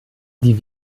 die